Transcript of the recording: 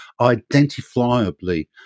identifiably